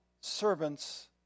servants